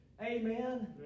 Amen